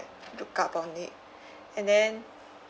look up on it and then